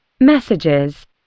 messages